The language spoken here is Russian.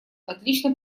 отлично